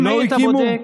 אם היית בודק,